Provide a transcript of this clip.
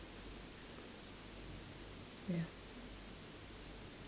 ya